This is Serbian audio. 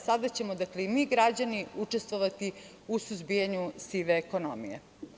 Sada ćemo i mi građani učestvovati u suzbijanju sive ekonomije.